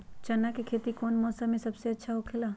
चाना के खेती कौन मौसम में सबसे अच्छा होखेला?